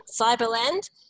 Cyberland